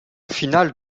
finale